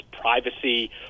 privacy